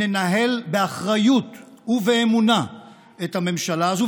ננהל באחריות ובאמונה את הממשלה הזאת.